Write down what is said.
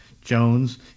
Jones